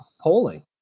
polling